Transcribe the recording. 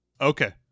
Okay